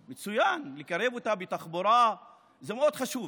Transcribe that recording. מצוין, לקרב אותה בתחבורה זה מאוד חשוב,